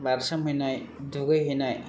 बारसोमहैनाय दुगैहैनाय